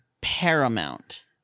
Paramount